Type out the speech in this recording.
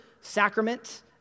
sacrament